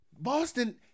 Boston